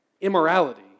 immorality